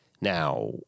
Now